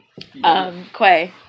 Quay